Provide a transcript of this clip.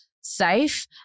safe